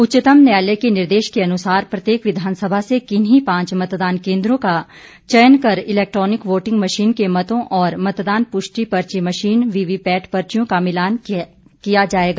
उच्चतम न्यायालय के निर्देश के अनुसार प्रत्येक विधानसभा से किन्हीं पांच मतदान केन्द्रों का चयन कर इलेक्ट्रानिक वोटिंग मशीन के मतों और मतदान पुष्टि पर्ची मशीन वीवीपैट पर्चियों का मिलान किया जाएगा